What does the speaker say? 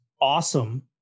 awesome